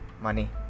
money